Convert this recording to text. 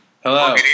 Hello